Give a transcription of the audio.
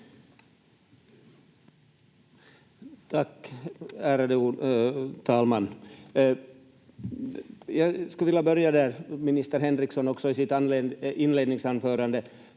Tack, ärade talman! Jag skulle vilja börja med det som minister Henriksson också i sitt inledningsanförande